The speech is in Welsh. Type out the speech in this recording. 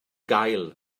gael